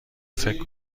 فکر